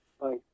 Bye